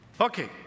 Okay